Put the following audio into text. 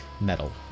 metal